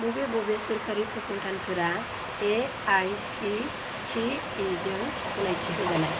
बबे बबे सोरखारि फसंथानफोरा A I C T E जों गनायथि होजानाय